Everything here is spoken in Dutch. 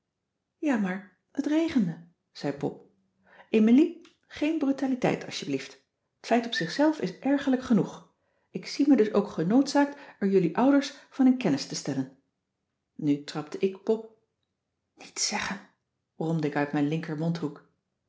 ja maar t regende zei pop emilie geen brutaliteit asjeblieft t feit op zichzelf is ergerlijk genoeg ik zie me dus ook genoodzaakt er jullie ouders van in kennis te stellen nu trapte ik pop niets zeggen bromde ik uit mijn linkermondhoek